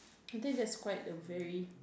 I think that's quite a very